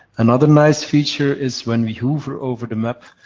another nice feature is, when we hover over the map,